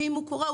ואם הוא קורה,